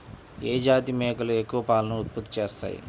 ఏ జాతి మేకలు ఎక్కువ పాలను ఉత్పత్తి చేస్తాయి?